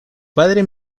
padre